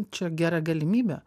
čia gera galimybė